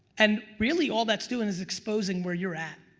and really all that's doing is exposing where you're at.